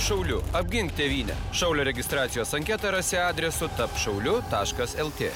šauliu apgink tėvynę šaulio registracijos anketą rasi adresu tapk šauliu taškas lt